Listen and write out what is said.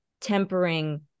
tempering